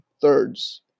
thirds